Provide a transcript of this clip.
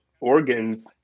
organs